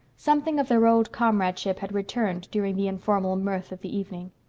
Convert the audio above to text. something of their old comradeship had returned during the informal mirth of the evening.